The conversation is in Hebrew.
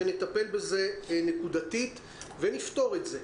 ונטפל בזה נקודתית ונפתור את זה.